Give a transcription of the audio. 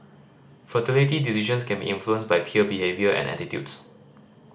fertility decisions can be influenced by peer behaviour and attitudes